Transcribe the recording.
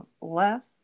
left